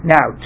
Now